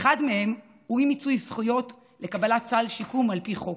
אחד מהם הוא אי-מיצוי זכויות לקבלת סל שיקום על פי חוק.